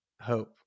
hope